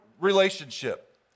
relationship